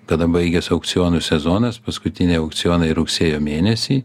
kada baigias aukcionų sezonas paskutiniai aukcionai rugsėjo mėnesį